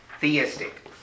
Theistic